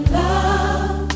love